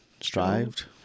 strived